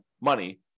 money